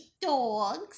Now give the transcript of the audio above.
dogs